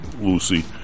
Lucy